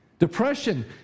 Depression